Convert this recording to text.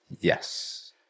yes